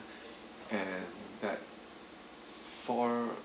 and that's four